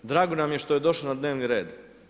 Drago nam je što je došao na dnevni red.